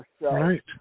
Right